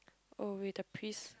oh wait the priest